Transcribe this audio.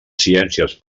ciències